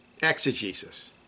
Exegesis